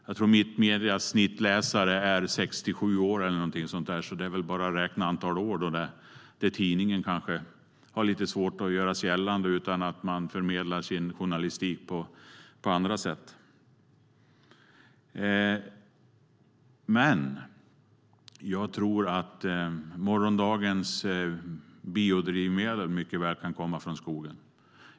Jag tror att Mittmedias snittläsare är 67 år eller något sådant, så det är väl bara att räkna antalet år till dess att tidningen har svårt att göra sig gällande och journalistiken kommer att förmedlas på andra sätt. Morgondagens biodrivmedel kan mycket väl komma från skogen.